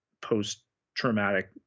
post-traumatic